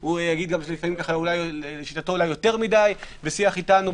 הוא יגיד שלשיטתו אולי יותר מדי בשיח איתנו,